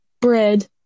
bread